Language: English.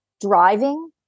driving